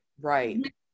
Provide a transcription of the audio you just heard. right